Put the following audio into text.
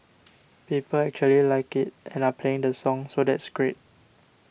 people actually like it and are playing the song so that's great